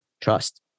trust